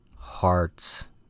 hearts